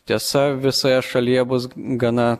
tiesa visoje šalyje bus gana